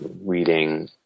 reading